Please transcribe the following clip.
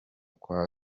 kwa